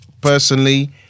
Personally